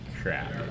crap